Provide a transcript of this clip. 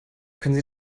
können